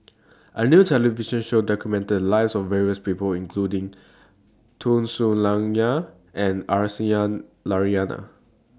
A New television Show documented The Lives of various People including Tun Sri Lanang and Aisyah Lyana